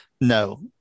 No